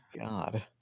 God